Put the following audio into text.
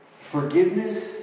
forgiveness